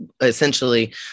essentially